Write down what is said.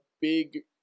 big